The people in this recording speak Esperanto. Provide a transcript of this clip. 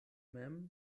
mem